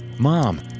mom